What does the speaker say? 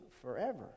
forever